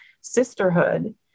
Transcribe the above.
Sisterhood